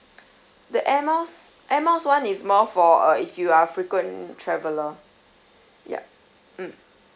the air miles air miles one is more for uh if you are frequent traveler yup mm